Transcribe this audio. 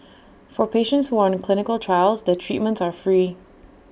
for patients who are on clinical trials their treatments are free